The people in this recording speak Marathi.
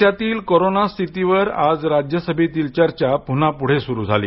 देशातील कोरोना स्थितीवर आज राज्यसभेतील चर्चा पुन्हा सुरू झाली